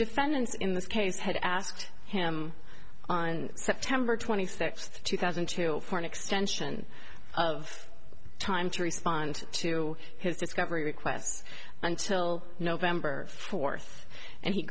defendants in this case had asked him on september twenty sixth two thousand and two for an extension of time to respond to his discovery requests until november fourth and he